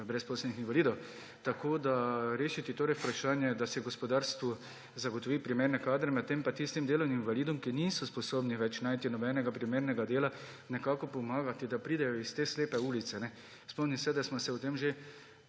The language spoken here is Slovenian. brezposelnih invalidov. Torej, rešiti vprašanje, da se gospodarstvu zagotovi primerne kadre, medtem pa tistim delovnim invalidom, ki niso sposobni več najti nobenega primernega dela, nekako pomagati, da pridejo iz te slepe ulice. Spomnim se, da smo se o tem že